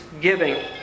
giving